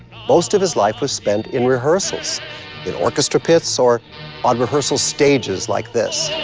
most of his life was spent in rehearsals in orchestra pits or on rehearsal stages like this.